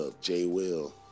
J-Will